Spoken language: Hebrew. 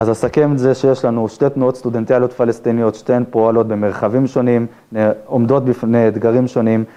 אז אסכם את זה שיש לנו שתי תנועות סטודנטיאליות פלסטיניות, שתיהן פועלות במרחבים שונים, עומדות בפני אתגרים שונים.